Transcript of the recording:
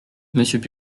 monsieur